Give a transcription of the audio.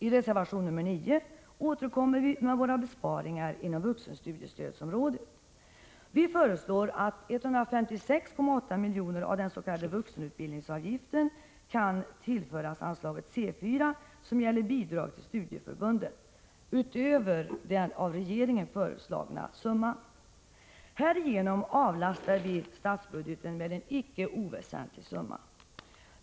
I reservation nr 9 återkommer vi med våra besparingar inom vuxenstudiestödsområdet. Vi föreslår att 156,8 milj.kr. av dens.k. vuxenutbildningsavgiften utöver den av regeringen föreslagna summan kan tillföras anslaget C4, som gäller bidrag till studieförbunden. Härigenom avlastar vi statsbudgeten med en icke oväsentlig summa.